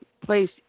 Place